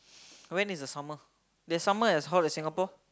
when is the summer their summer as hot as Singapore